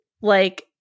like-